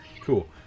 Cool